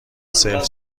سلف